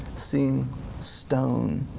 seeing stone.